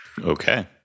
Okay